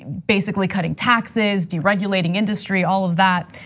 basically cutting taxes, deregulating industry, all of that.